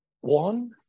One